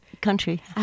country